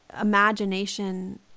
imagination